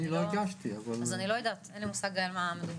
אני לא יודעת, אין לי מושג על מה מדובר.